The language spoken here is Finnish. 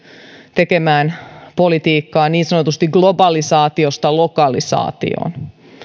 tekemään politiikkaa niin sanotusti globalisaatiosta lokalisaatioon